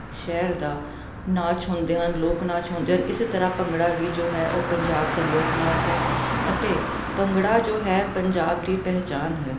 ਸ਼ਹਿਰ ਦਾ ਨਾਚ ਹੁੰਦੇ ਹਨ ਲੋਕ ਨਾਚ ਹੁੰਦੇ ਹਨ ਇਸੇ ਤਰ੍ਹਾਂ ਭੰਗੜਾ ਵੀ ਜੋ ਹੈ ਉਹ ਪੰਜਾਬ ਦਾ ਲੋਕ ਨਾਚ ਹੈ ਅਤੇ ਭੰਗੜਾ ਜੋ ਹੈ ਪੰਜਾਬ ਦੀ ਪਹਿਚਾਣ ਹੈ